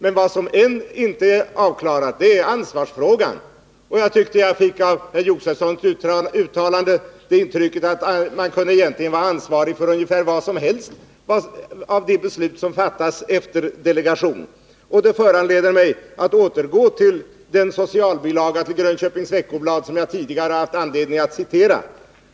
Ännu är dock inte ansvarsfrågan avklarad. Av herr Josefsons uttalande fick jag det intrycket att man egentligen kunde vara ansvarig för ungefär vilka som helst av de beslut som fattas efter delegation. Det föranleder mig att återgå till den ”socialbilaga” i Grönköpings Veckoblad som jag tidigare har haft anledning att citera.